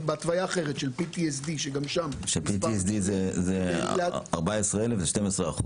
בהתוויה אחרת של PTSD. זה 14 אלף ו-12%.